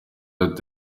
ati